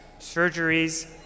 surgeries